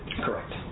Correct